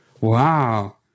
Wow